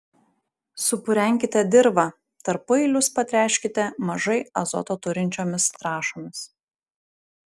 supurenkite dirvą tarpueilius patręškite mažai azoto turinčiomis trąšomis